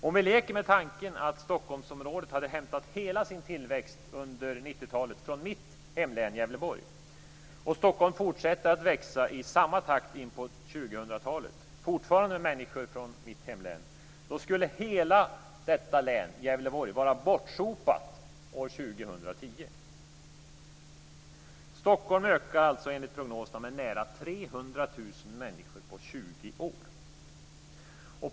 Om vi leker med tanken att Stockholmsområdet hade hämtat hela sin tillväxt under 90-talet från mitt hemlän Gävleborg och Stockholm fortsätter att växa i samma takt in på 2000-talet, fortfarande med människor från mitt hemlän, skulle hela detta län, Gävleborg, vara bortsopat år 2010. Stockholm ökar enligt prognoserna med nära 300 000 människor på 20 år.